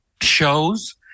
shows